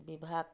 ବିଭାଗ